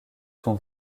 son